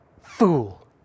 fool